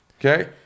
Okay